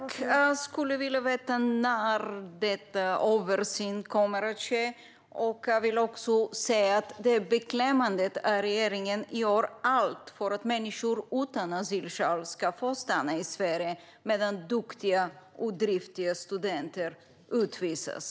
Fru talman! Jag skulle vilja veta när en översyn kommer att ske. Det är beklämmande att regeringen gör allt för att människor utan asylskäl ska få stanna i Sverige medan duktiga och driftiga studenter utvisas.